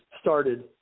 started